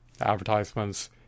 advertisements